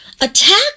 Attack